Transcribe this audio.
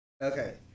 Okay